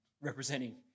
representing